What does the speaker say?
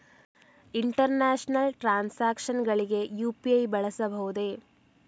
International transactions ಗಳಿಗೆ UPI ಬಳಸಬಹುದೇ?